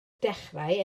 dechrau